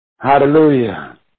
Hallelujah